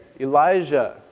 Elijah